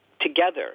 together